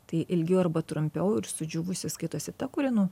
tai ilgiau arba trumpiau ir sudžiūvusi skaitosi ta kuri nu